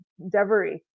Devery